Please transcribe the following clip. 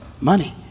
Money